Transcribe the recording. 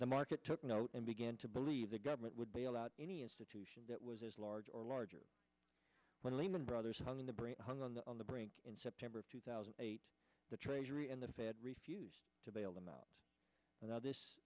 the market took note and began to believe the government would bail out any institution that was as large or larger when lehman brothers hung in the brain hung on the on the brink in september of two thousand and eight the treasury and the fed refused to bail them out and